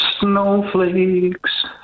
snowflakes